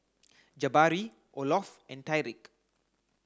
Jabari Olof and Tyrik